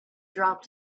dropped